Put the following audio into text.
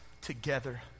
together